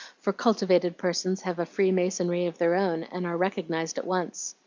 for cultivated persons have a free-masonry of their own, and are recognized at once.